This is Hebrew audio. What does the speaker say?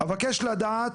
אבקש לדעת,